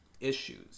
issues